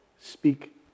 speak